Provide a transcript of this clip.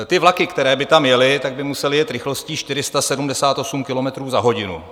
Ty vlaky, které by tam jely, by musely jet rychlostí 478 kilometrů za hodinu.